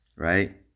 Right